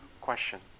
question